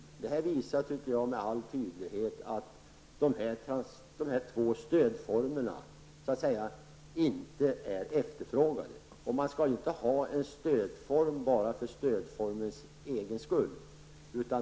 Jag tycker att detta visar med all tydlighet att dessa två stödformer inte är efterfrågade. Man skall inte ha en stödform bara för stödformens egen skull.